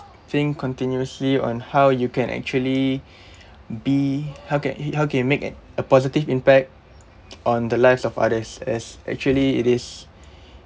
think continuously on how you can actually be how can i~ how can you make a~ a positive impact on the lives of others as actually it is